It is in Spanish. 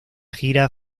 gira